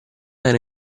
era